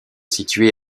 situé